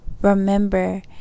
Remember